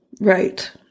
Right